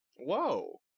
Whoa